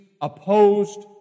opposed